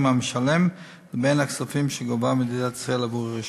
המשלם לבין הכספים שגובה מדינת ישראל עבור הרשות.